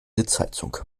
sitzheizung